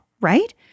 right